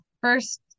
first